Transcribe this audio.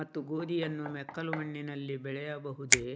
ಮತ್ತು ಗೋಧಿಯನ್ನು ಮೆಕ್ಕಲು ಮಣ್ಣಿನಲ್ಲಿ ಬೆಳೆಯಬಹುದೇ?